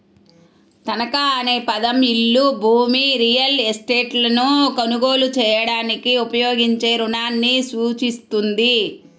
తనఖా అనే పదం ఇల్లు, భూమి, రియల్ ఎస్టేట్లను కొనుగోలు చేయడానికి ఉపయోగించే రుణాన్ని సూచిస్తుంది